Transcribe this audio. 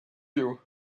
you